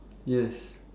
yes